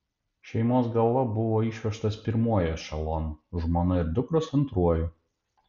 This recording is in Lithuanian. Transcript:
šeimos galva buvo išvežtas pirmuoju ešelonu žmona ir dukros antruoju